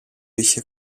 είχε